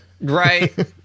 Right